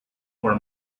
for